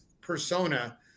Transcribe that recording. persona